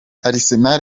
arsenal